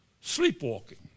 sleepwalking